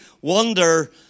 wonder